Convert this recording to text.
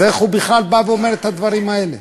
אז איך הוא בכלל בא ואומר את הדברים האלה?